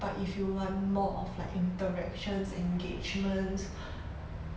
but if you want more of like interactions engagements